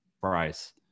price